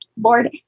Lord